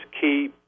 key